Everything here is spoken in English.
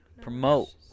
Promote